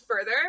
further